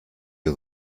you